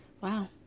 Wow